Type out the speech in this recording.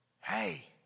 hey